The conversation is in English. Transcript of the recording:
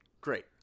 Great